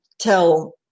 tell